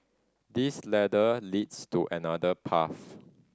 this ladder leads to another path